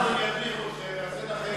נאזם ידריך אתכם, יעשה לכם סדנה.